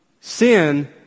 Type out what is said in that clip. sin